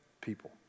people